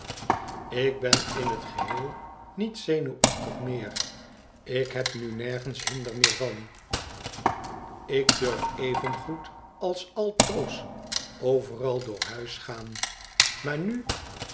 ik ben in het geheel niet zenuwachtig meer ik heb nu nergens hinder meer van ik duif evengoed als altoos overal door huis gaan maar nu